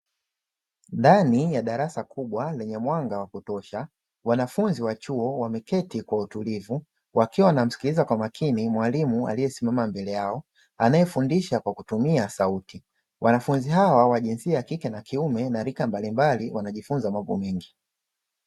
Ndani ya darasa kubwa lenye mwanga wa kutosha, wanafunzi wa chuo wameketi kwa utulivu, wakiwa wanamsikiliza kwa makini mwalimu aliyesimama mbele yao, anayefundisha kwa kutumia sauti. Wanafunzi hao wa jinsia ya kike na kiume na rika mbalimbali, wanajifunza mambo mengi.